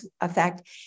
effect